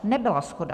Nebyla shoda.